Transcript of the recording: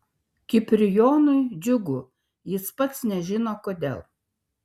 kiprijonui džiugu jis pats nežino kodėl